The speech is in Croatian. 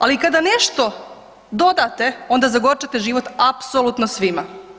Ali i kada nešto dodate onda zagorčate život apsolutno svima.